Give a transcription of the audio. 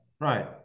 right